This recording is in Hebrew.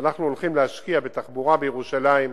שאנחנו הולכים להשקיע בתחבורה בירושלים.